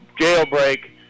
jailbreak